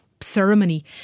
ceremony